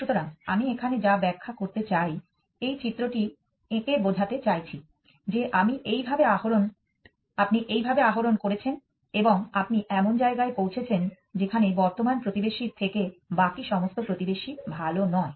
সুতরাং আমি এখানে যা ব্যাখ্যা করতে চাই এই চিত্রটি এঁকে বোঝাতে চাইছি যে আপনি এইভাবে আরোহণ করেছেন এবং আপনি এমন জায়গায় পৌঁছেছেন যেখানে বর্তমান প্রতিবেশীর থেকে বাকি সমস্ত প্রতিবেশী ভাল নই